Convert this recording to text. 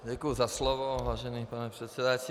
Děkuju za slovo, vážený pane předsedající.